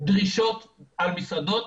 דרישות על מסעדות,